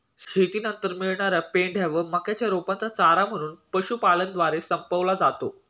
शेतीनंतर मिळणार्या पेंढ्या व मक्याच्या रोपांचे चारा म्हणून पशुपालनद्वारे संपवला जातो